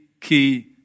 key